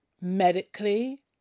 medically